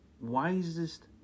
wisest